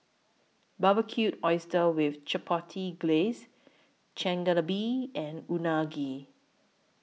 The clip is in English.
Barbecued Oysters with Chipotle Glaze Chigenabe and Unagi